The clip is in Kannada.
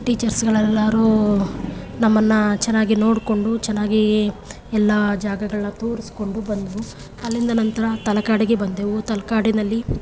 ಟೀಚರ್ಸ್ಗಳೆಲ್ಲರೂ ನಮ್ಮನ್ನು ಚೆನ್ನಾಗಿ ನೋಡಿಕೊಂಡು ಚೆನ್ನಾಗಿ ಎಲ್ಲ ಜಾಗಗಳನ್ನ ತೋರಿಸ್ಕೊಂಡು ಬಂದರು ಅಲ್ಲಿಂದ ನಂತರ ತಲಕಾಡಿಗೆ ಬಂದೆವು ತಲಕಾಡಿನಲ್ಲಿ